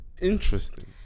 Interesting